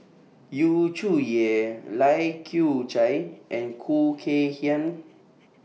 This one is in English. Yu Zhuye Lai Kew Chai and Khoo Kay Hian